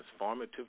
transformative